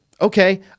okay